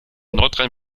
nordrhein